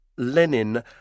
Lenin